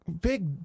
big